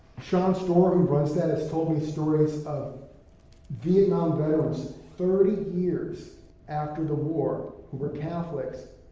shawn storer, who runs that, has told me stories of vietnam veterans, thirty years after the war, who are catholics,